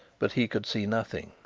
but he could see nothing.